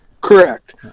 Correct